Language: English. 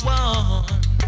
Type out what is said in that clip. one